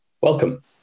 Welcome